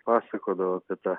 pasakodavo apie tą